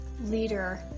leader